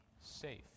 safe